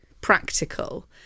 practical